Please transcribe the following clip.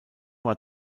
war